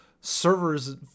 servers